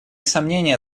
сомнения